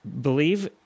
Believe